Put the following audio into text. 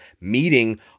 meeting